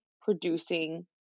producing